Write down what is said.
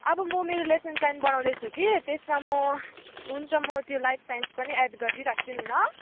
अब म मेरो लेसन प्लेन बनाउँदै छु कि त्यसमा म हुन्छ म त्यो लाइफ साइन्स पनि एड गर्दि राख्छु नि ल